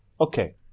okay